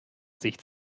sicht